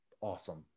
awesome